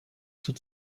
zur